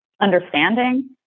understanding